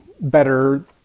better